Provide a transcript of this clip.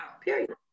period